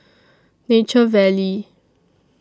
Nature Valley